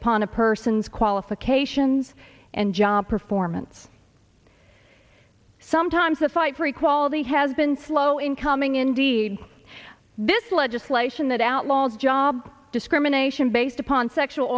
upon a person's qualifications and job performance sometimes the fight for equality has been slow in coming indeed this legislation that outlaws job discrimination based upon sexual